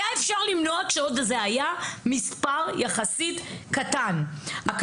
אפשר היה למנוע כשעוד היה מספר יחסית קטן של אנשים על המגרש.